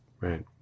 Right